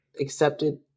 accepted